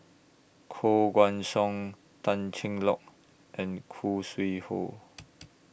Koh Guan Song Tan Cheng Lock and Khoo Sui Hoe